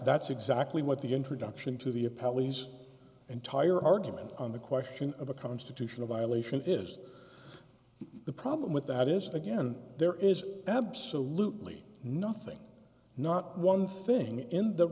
that's exactly what the introduction to the a pelleas entire argument on the question of a constitutional violation is the problem with that is again there is absolutely nothing not one thing in the